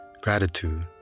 Gratitude